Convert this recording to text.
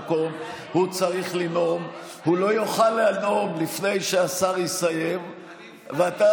במקום להיות הראשונים להודיע הודעות תמיכה ושמחה על הסכם שלום אחד,